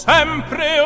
Sempre